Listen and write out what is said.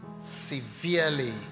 severely